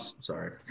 sorry